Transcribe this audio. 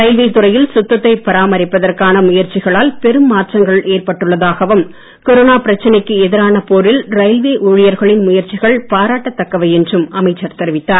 railway துறையில் சுத்ததை பராமரிப்பதற்கான முயற்சிகளால் பெரும் மாற்றங்கள் ஏற்பட்டுள்ளதாகவும் கொரோனா பிரச்சனைக்கு எதிரான போரில் ரயில்வே ஊழியர்களின் முயற்சிகள் பாராட்டத்தக்கவை என்றும் அமைச்சர் தெரிவித்தார்